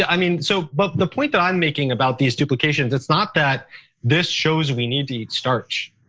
i mean, so but the point that i'm making about these duplications, it's not that this shows we need to eat starch,